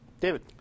David